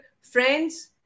friends